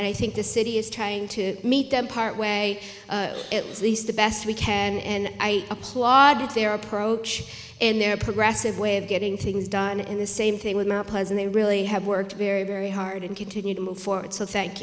and i think the city is trying to meet them part way at least the best we can and i applaud their approach and their progressive way of getting things done and the same thing with and they really have worked very very hard and continue to move forward so thank